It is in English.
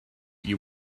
you